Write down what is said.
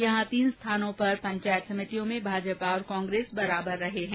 यहां तीन स्थानों पर पंचायत समितियों में भाजपा और कांग्रेस बराबर रहे है